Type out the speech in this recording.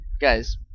guys